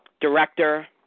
director